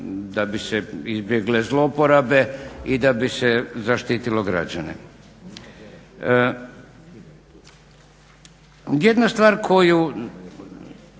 da bi se izbjegle zlouporabe i da bi se zaštitilo građane. Jedna stvar koju